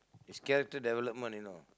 is character development you know